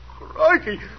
crikey